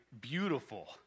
beautiful